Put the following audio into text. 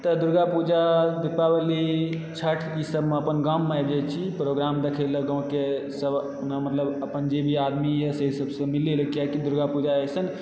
तऽ दुर्गा पूजा दीपावली छठ ईसभमे अपन गाममे आबि जाइ छी प्रोग्राम देखै लऽ गाँवके सभ मतलब अपन जे भी आदमीए से सबसँ मिलै लऽ किआकि दुर्गा पूजा एसन